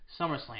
SummerSlam